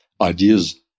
ideas